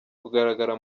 kugaragara